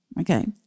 Okay